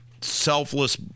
selfless